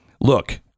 look